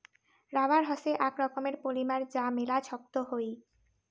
rubber হসে আক রকমের পলিমার যা মেলা ছক্ত হই